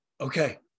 Okay